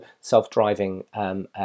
self-driving